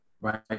Right